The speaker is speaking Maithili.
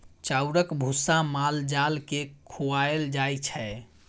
चाउरक भुस्सा माल जाल केँ खुआएल जाइ छै